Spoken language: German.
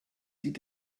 sieht